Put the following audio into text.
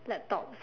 laptops